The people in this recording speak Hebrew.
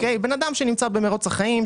בן אדם שנמצא במרוץ החיים,